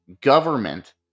government